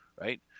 right